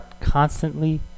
constantly